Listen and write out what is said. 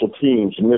teams